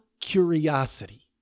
curiosity